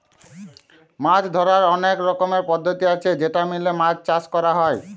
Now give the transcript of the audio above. মাছ ধরার অলেক রকমের পদ্ধতি আছে যেটা মেলে মাছ চাষ ক্যর হ্যয়